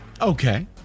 Okay